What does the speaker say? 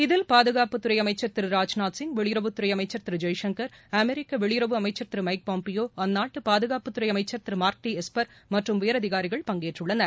இதில் பாதுகாப்புத் துறை அமைச்சர் திரு ராஜ்நாத் சிங் வெளியுறவுத் துறை அமைச்சர் திரு ஜெய்சங்கர் அமெரிக்க வெளியுறவு அமைச்சர் திரு மைக் பாம்பியோ அந்நாட்டு பாதுகாப்புத் துறை அமைச்சர் திரு மார்க் டி எஸ்பர் மற்றும் உயரதிகாரிகள் பங்கேற்றுள்ளனர்